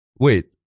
Wait